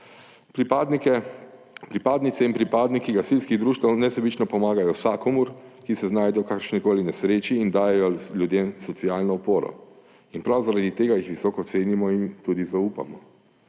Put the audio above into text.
Pripadnice in pripadniki gasilskih društev nesebično pomagajo vsakomur, ki se znajde v kakršnikoli nesreči, in dajejo ljudem socialno oporo. Prav zaradi tega jih visoko cenimo in jim tudi zaupamo.